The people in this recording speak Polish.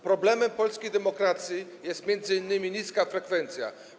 Problemem polskiej demokracji jest m.in. niska frekwencja.